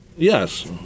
Yes